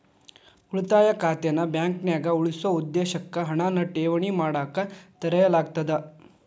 ಉಳಿತಾಯ ಖಾತೆನ ಬಾಂಕ್ನ್ಯಾಗ ಉಳಿಸೊ ಉದ್ದೇಶಕ್ಕ ಹಣನ ಠೇವಣಿ ಮಾಡಕ ತೆರೆಯಲಾಗ್ತದ